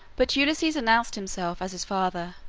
but ulysses announced himself as his father,